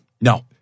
No